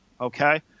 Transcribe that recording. okay